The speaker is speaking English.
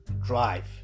Drive